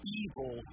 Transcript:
evil